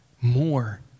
more